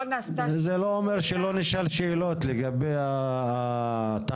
זה לא אומר שלא נשאל שאלות לגבי התכלית.